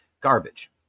garbage